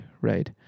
right